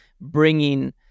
bringing